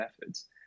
methods